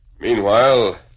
Meanwhile